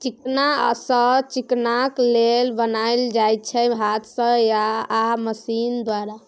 चिकना सँ चिकनाक तेल बनाएल जाइ छै हाथ सँ आ मशीन द्वारा